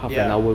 ya